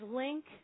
link